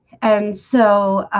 and so